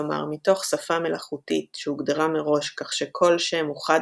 כלומר מתוך שפה מלאכותית שהוגדרה מראש כך שכל שם הוא חד-משמעי,